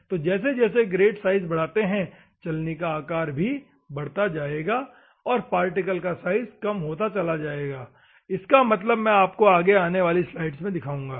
तो जैसे जैसे ग्रेट साइज बढ़ती है चलने का आकार भी बढ़ता जाएगा और पार्टिकल का साइज कम होता चला जाएगा इसका मतलब मैं आपको आने वाली स्लाइड में समझाऊंगा